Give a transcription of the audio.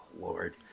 Lord